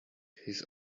his